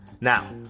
Now